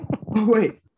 Wait